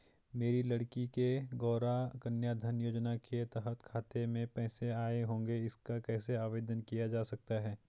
मेरी लड़की के गौंरा कन्याधन योजना के तहत खाते में पैसे आए होंगे इसका कैसे आवेदन किया जा सकता है?